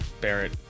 Barrett